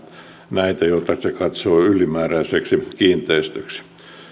näitä jotka se katsoo ylimääräisiksi kiinteistöiksi